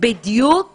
בדיוק